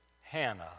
Hannah